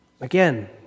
Again